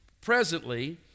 presently